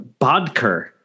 Bodker